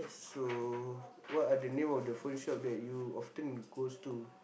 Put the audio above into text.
so what are the name of the phone shop that you often goes to